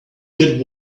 get